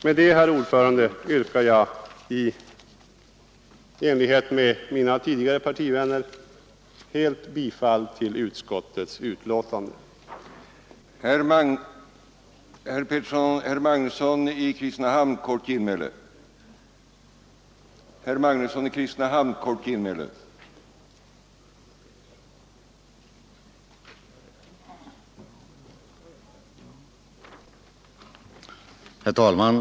Med detta, herr talman, yrkar jag i likhet med de tidigare talarna från mitt parti bifall till utskottets hemställan på alla punkter.